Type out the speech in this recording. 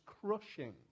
crushing